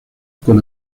con